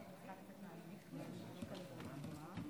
חברי הכנסת, משפחה יקרה שלי,